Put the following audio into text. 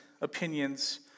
opinions